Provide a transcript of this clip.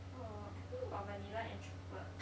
uh I think got vanilla and chocolate